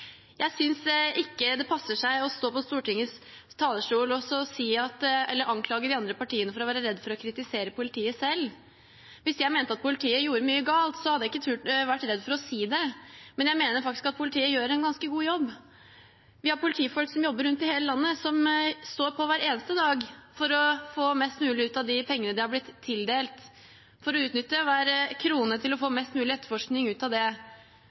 passer seg å stå på Stortingets talerstol og anklage de andre partiene for å være redd for å kritisere politiet. Hvis jeg mente at politiet gjorde mye galt, hadde jeg ikke vært redd for å si det, men jeg mener faktisk at politiet gjør en ganske god jobb. Vi har politifolk som jobber i hele landet, som står på hver eneste dag for å få mest mulig ut av de pengene de har blitt tildelt, for å utnytte hver krone og få mest mulig etterforskning ut av dem. Men de har ikke blitt tildelt så mye penger, så de blir slitne og rekker ikke over alle sakene sine, og det